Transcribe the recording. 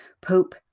Pope